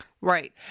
Right